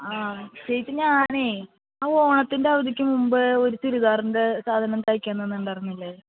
ആ ചേച്ചി ഞാനേയ് ഓണത്തിൻ്റെ അവധിക്കുമുമ്പ് ഒരു ചുരിദാറിൻ്റെ സാധനം തയ്യ്ക്കാൻ തന്നിട്ടുണ്ടായിരുന്നില്ലേ